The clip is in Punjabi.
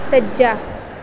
ਸੱਜਾ